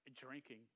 drinking